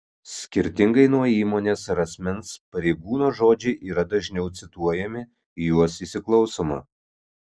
skirtingai nuo įmonės ar asmens pareigūno žodžiai yra dažniau cituojami į juos įsiklausoma